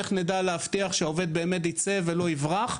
איך נדע להבטיח שהעובד באמת יצא ולא יברח?